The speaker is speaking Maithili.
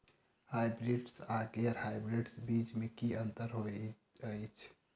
हायब्रिडस आ गैर हायब्रिडस बीज म की अंतर होइ अछि?